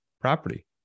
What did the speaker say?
property